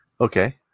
okay